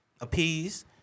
appease